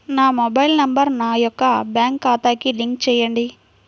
నా mobile number నా యొక్క బ్యాంక్ ఖాతాకి లింక్ చేయండీ?